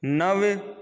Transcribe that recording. नव